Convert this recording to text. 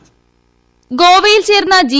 voice ഗോവയിൽ ചേർന്ന G